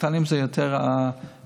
הקטנים זה יותר הרפורמות,